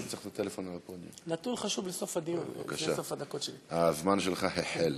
בבקשה, הזמן שלך החל.